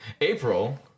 April